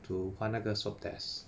to 还那个 swab test